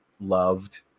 loved